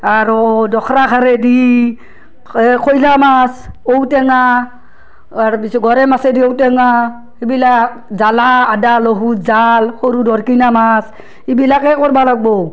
আৰু দোখৰা খাৰেদি এই খলিহা মাছ ঔটেঙা তাৰে পিছত গৰৈ মাছেদি ঔটেঙা সেইবিলাক জ্বলা আদা লহুৰ জাল সৰু দৰিকণা মাছ এইবিলাকে কৰিব লাগিব